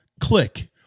click